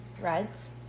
Reds